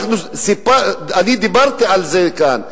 אני דיברתי על זה כאן,